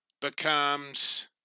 becomes